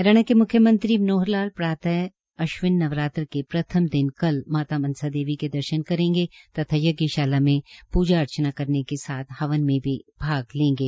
हरियाणा के म्ख्यमंत्री मनोहर लाल प्रात अश्विन नवरात्र के प्रथम दिन माता मनसा देवी के दर्शन करेंगे तथा यज्ञशाला में पूजा अर्चना करने के साथ हवन में भी भाग लेंगे